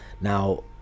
Now